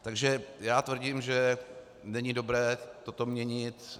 Takže já tvrdím, že není dobré toto měnit.